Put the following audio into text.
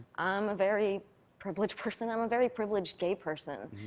i'm a very privileged person. i'm a very privileged gay person,